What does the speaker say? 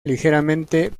ligeramente